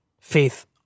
faith